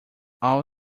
all